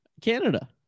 Canada